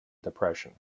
depression